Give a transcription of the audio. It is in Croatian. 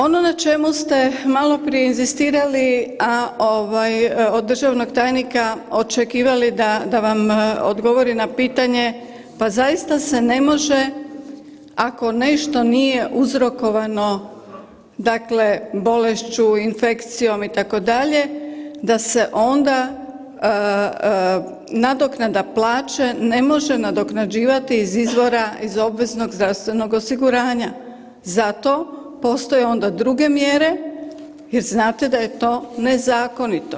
Ono na čemu ste maloprije inzistirali, a ovaj od državnog tajnika očekivali da vam odgovori na pitanje, pa zaista se ne može ako nešto nije uzrokovano dakle bolešću, infekcijom itd. da se onda nadoknada plaća ne može nadoknađivati iz izvora iz obveznog zdravstvenog osiguranja, za to postoje onda druge mjere jer znate da je to nezakonito.